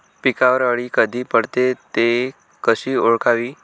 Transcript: पिकावर अळी कधी पडते, ति कशी ओळखावी?